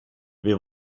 wir